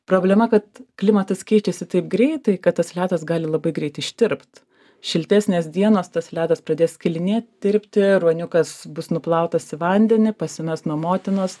problema kad klimatas keičiasi taip greitai kad tas ledas gali labai greit ištirpt šiltesnės dienos tas ledas pradės skilinėt tirpt ir ruoniukas bus nuplautas į vandenį pasimes nuo motinos